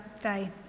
day